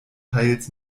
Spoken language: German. teils